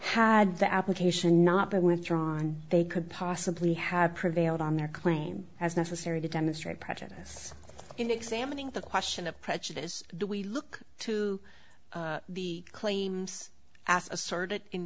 had the application not been withdrawn they could possibly have prevailed on their claim as necessary to demonstrate prejudice in examining the question of prejudice do we look to the claims